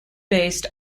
based